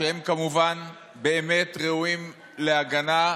שהם כמובן באמת ראויים להגנה.